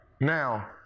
Now